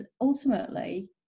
ultimately